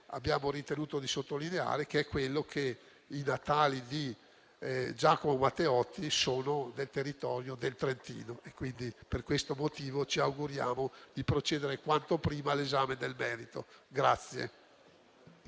abbiamo ritenuto di sottolineare, ossia che i natali di Giacomo Matteotti sono nel territorio del Trentino. Per questo motivo ci auguriamo di procedere quanto prima all'esame di merito.